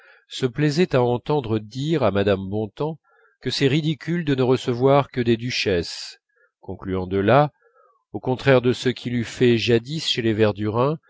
se plaisait à entendre dire à mme bontemps que c'est ridicule de ne recevoir que des duchesses concluant de là au contraire de ce qu'il eût fait jadis chez les verdurin